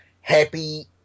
happy